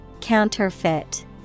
Counterfeit